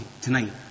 tonight